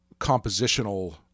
compositional